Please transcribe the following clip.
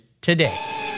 today